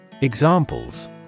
Examples